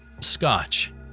Scotch